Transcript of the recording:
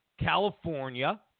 California